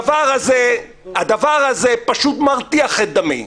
הדבר הזה פשוט מרתיח את דמי.